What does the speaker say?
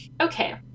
okay